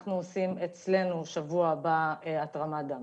ואנחנו עושים אצלנו בשבוע הבא התרמת דם.